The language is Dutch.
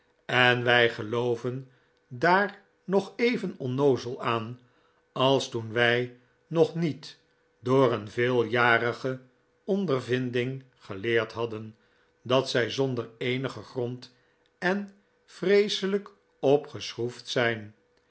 en wij gelooven daar nog even onnoozel aan als toen wij nog niet door een veeljarige ondervinding geleerd hadden dat zij zonder eenigen grond en vreeselijk opgeschroefd zijn